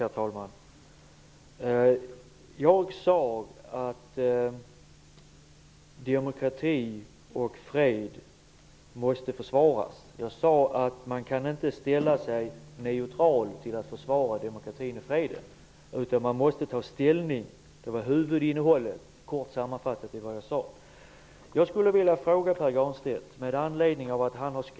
Herr talman! Jag sade att demokrati och fred måste försvaras. Jag sade också att man inte kan ställa sig neutral till försvaret av demokratin och freden. Man måste ta ställning. Detta är huvudinnehållet, kort sammanfattat, i det som jag sagt.